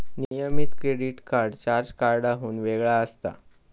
नियमित credit card charge कार्डाहुन वेगळा असता